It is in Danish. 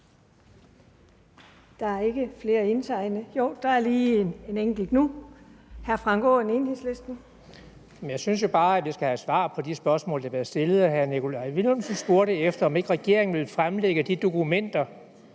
Der er ikke flere indtegnet. Jo, der er lige en enkelt nu. Hr. Frank Aaen, Enhedslisten. Kl. 15:17 Frank Aaen (EL): Jamen jeg synes jo bare, at vi skal have svar på de spørgsmål, der bliver stillet. Hr. Nikolaj Villumsen spurgte, om ikke regeringen ville fremlægge de dokumenter,